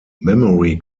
memory